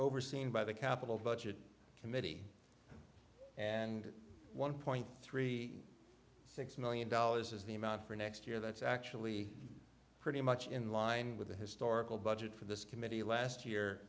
overseen by the capital budget committee and one point three six million dollars is the amount for next year that's actually pretty much in line with the historical budget for this committee last year